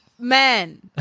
Men